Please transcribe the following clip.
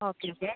okay okay